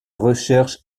recherches